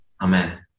Amen